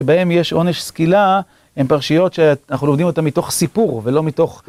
בהם יש עונש סקילה, הם פרשיות שאנחנו עובדים אותה מתוך סיפור ולא מתוך...